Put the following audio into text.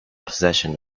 possession